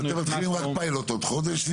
אתם מתחילים רק פיילוט עוד חודש.